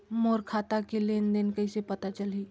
मोर खाता के लेन देन कइसे पता चलही?